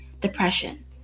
depression